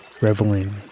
reveling